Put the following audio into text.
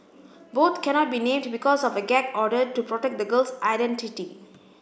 both cannot be named because of a gag order to protect the girl's identity